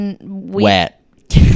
Wet